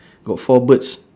got four birds